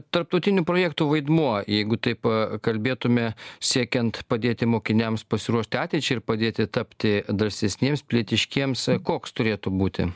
tarptautinių projektų vaidmuo jeigu taip kalbėtume siekiant padėti mokiniams pasiruošti ateičiai ir padėti tapti drąsesniems pilietiškiems koks turėtų būti